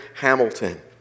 Hamilton